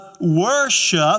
worship